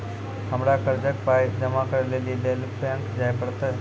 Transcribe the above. हमरा कर्जक पाय जमा करै लेली लेल बैंक जाए परतै?